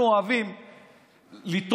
אנחנו אוהבים לתרום,